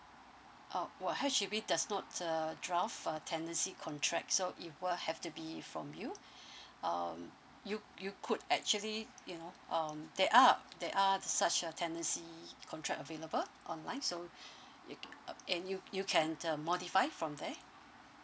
oh well H_D_B does not uh draft a tenancy contract so it will have to be from you um you you could actually you know um there are there are such a tenancy contract available online so you uh and you you can uh modify from there